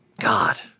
God